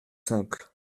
simple